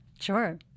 Sure